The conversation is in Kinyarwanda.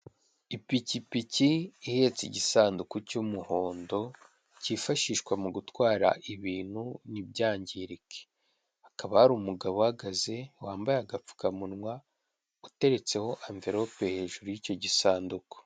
Ipikipiki ihetse igisanduku cy'umuhondo kifashishwa mu gutwara ibintu ntibyangirike hakaba hari umugabo uhagaze wambaye agapfukamunwa uteretseho anvelope hejuru y'icyo gisanduku.